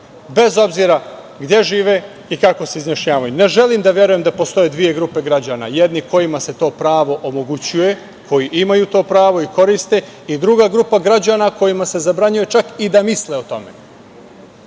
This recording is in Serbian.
bez obzira gde žive i kako se izjašnjavaju. Ne želim da verujem da postoje dve grupe građana - jedni kojima se to pravo omogućuje, koji imaju to pravo i koriste i druga grupa građana kojima se zabranjuje čak i da misle o tome. Pojam